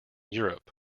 europe